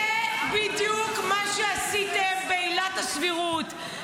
זה בדיוק מה שעשיתם בעילת הסבירות,